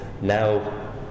Now